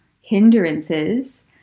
hindrances